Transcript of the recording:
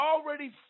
already